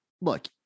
look